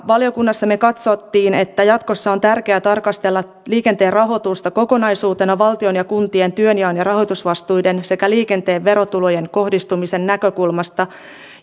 valiokunnassa me katsoimme että jatkossa on tärkeää tarkastella liikenteen rahoitusta kokonaisuutena valtion ja kuntien työnjaon ja rahoitusvastuiden sekä liikenteen verotulojen kohdistumisen näkökulmasta